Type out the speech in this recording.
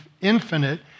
infinite